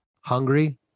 hungry